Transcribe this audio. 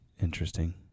Interesting